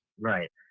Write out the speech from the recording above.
right